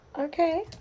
Okay